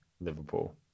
liverpool